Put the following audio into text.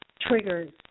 triggers